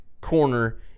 corner